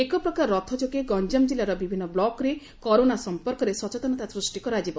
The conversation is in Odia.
ଏକପ୍ରକାର ରଥ ଯୋଗେ ଗଞ୍ଞାମ ଜିଲ୍ଲୁର ବିଭିନ୍ନ ବ୍କକ୍ରେ କରୋନା ସମ୍ପର୍କରେ ସଚେତନତା ସୃଷ୍ଟି କରାଯିବ